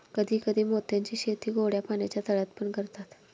कधी कधी मोत्यांची शेती गोड्या पाण्याच्या तळ्यात पण करतात